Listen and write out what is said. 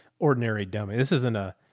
ordinary dummy. this isn't a,